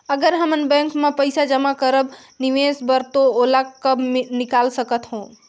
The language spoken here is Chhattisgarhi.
अगर हमन बैंक म पइसा जमा करब निवेश बर तो ओला कब निकाल सकत हो?